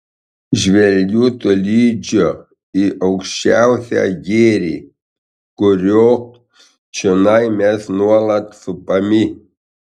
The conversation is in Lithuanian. žvelgiu tolydžio į aukščiausią gėrį kurio čionai mes nuolat supami